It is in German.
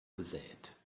gesät